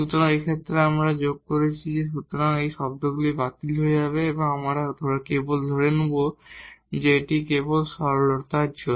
সুতরাং এই ক্ষেত্রে যখন আমরা এখানে যোগ করেছি সুতরাং এই শর্তগুলি বাতিল হয়ে যাবে এবং আমরা কেবল ধরে নেব যে এটি এখানে কেবল সরলতার জন্য